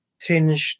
tinged